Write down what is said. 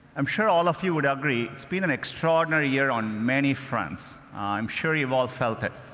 i'm sure all of you would agree it's been an extraordinary year on many fronts. i'm sure you've all felt it.